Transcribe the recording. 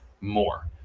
more